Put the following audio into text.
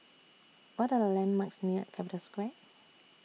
What Are The landmarks near Capital Square